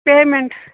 payment